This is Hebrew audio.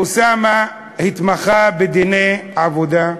אוסאמה התמחה בדיני עבודה,